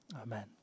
amen